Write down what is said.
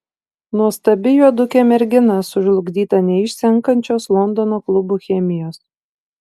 nuostabi juodukė mergina sužlugdyta neišsenkančios londono klubų chemijos